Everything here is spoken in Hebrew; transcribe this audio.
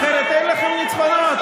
אחרת אין לכם ניצחונות,